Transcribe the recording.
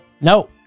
No